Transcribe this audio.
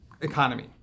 economy